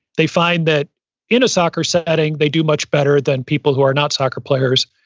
they find that in a soccer setting they do much better than people who are not soccer players.